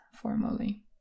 formally